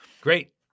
great